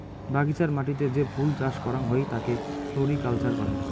বাগিচার মাটিতে যে ফুল চাস করাং হই তাকে ফ্লোরিকালচার কহে